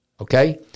Okay